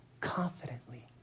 confidently